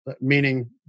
meaning